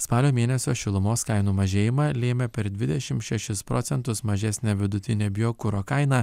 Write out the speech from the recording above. spalio mėnesio šilumos kainų mažėjimą lėmė per dvidešimt šešis procentus mažesnė vidutinė biokuro kaina